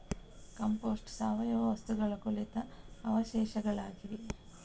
compost ಸಾವಯವ ವಸ್ತುಗಳ ಕೊಳೆತ ಅವಶೇಷಗಳಾಗಿವೆ